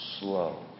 slow